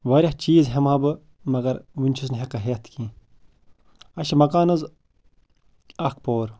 واریاہ چیٖز ہٮ۪مہٕ ہا بہٕ مگر وٕنۍ چھُس نہٕ ہٮ۪کان ہٮ۪تھ کیٚںٛہہ اَسہِ چھِ مَکان حظ اَکھ پور